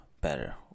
better